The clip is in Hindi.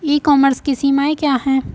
ई कॉमर्स की सीमाएं क्या हैं?